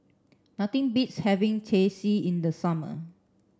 nothing beats having Teh C in the summer